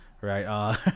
right